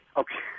okay